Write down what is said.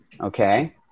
Okay